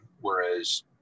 whereas